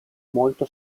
molto